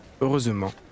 heureusement